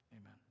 Amen